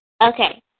Okay